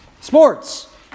sports